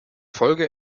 folge